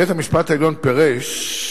בית-המשפט העליון פירש,